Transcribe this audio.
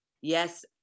yes